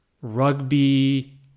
rugby